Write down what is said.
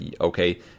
okay